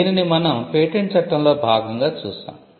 దీనిని మనం పేటెంట్ చట్టంలో భాగంగా చూశాం